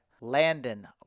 Landon